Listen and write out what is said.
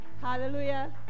Hallelujah